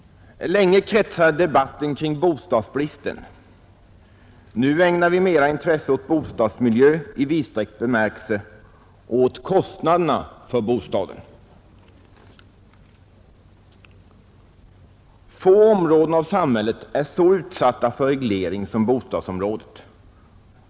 Länge kretsade debatten kring bostadsbristen. Nu ägnar vi mer intresse åt bostadsmiljön i vidsträckt bemärkelse och åt kostnaderna för bostaden. Få områden av samhället är så utsatta för reglering som bostadsområdet.